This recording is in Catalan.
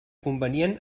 convenient